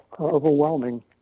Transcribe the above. overwhelming